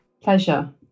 Pleasure